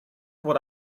what